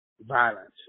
violence